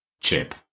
Chip